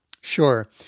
Sure